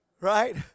Right